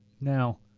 Now